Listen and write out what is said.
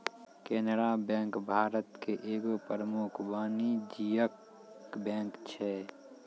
Canara bank Bharat के एगो प्रमुख वाणिज्यिक बैंक छै